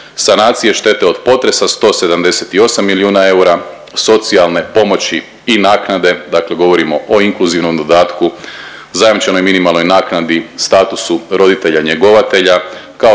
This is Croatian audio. Sanacije štete od potresa 178 milijuna eura, socijalne pomoći i naknade dakle govorimo o inkluzivnom dodatku, zajamčenoj minimalnoj naknadi, statusu roditelja njegovatelja, kao